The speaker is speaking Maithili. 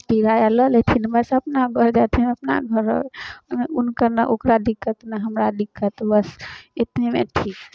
किराया लऽ लेथिन बस अपना घर जयथिन हम अपना घर रहबै हुनकर ने ओकरा दिक्कत ने हमरा दिक्कत बस एतनेमे ठीक